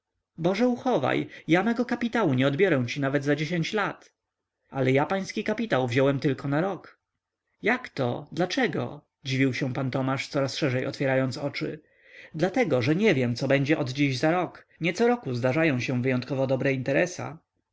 boże uchowaj ja mego kapitału nie odbiorę ci nawet za dziesięć lat ale ja pański kapitał wziąłem tylko na rok jakto dlaczego dziwił się pan tomasz coraz szerzej otwierając oczy dlatego że nie wiem co będzie od dziś za rok nie co roku zdarzają się wyjątkowo dobre interesa